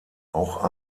auch